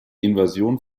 invasion